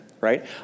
right